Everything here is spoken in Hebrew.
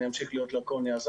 אני אמשיך להיות לקוני.